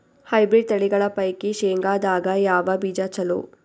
Hybrid ತಳಿಗಳ ಪೈಕಿ ಶೇಂಗದಾಗ ಯಾವ ಬೀಜ ಚಲೋ?